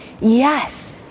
Yes